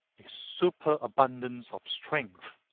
a superabundance of strength.